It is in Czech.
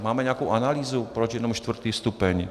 Máme nějakou analýzu, proč jenom čtvrtý stupeň?